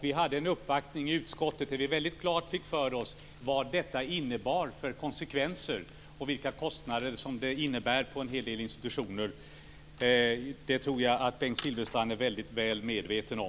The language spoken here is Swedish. Vi hade en uppvaktning i utskottet där vi fick väldigt klart för oss vad detta får för konsekvenser och vilka kostnader det innebär för en hel del institutioner. Det tror jag att Bengt Silfverstrand är väldigt medveten om.